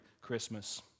Christmas